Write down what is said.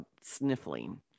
sniffling